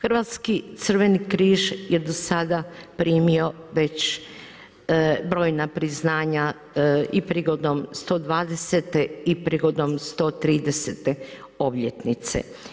Hrvatski crveni križ je do sada primio već brojna priznanja i prigodom 120 i prigodom 130 obljetnice.